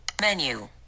Menu